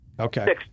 Okay